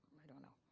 i don't know.